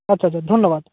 আচ্ছা আচ্ছা ধন্যবাদ